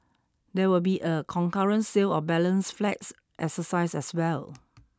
there will be a concurrent sale of balance flats exercise as well